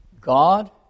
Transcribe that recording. God